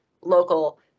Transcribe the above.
local